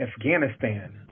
Afghanistan